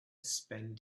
spend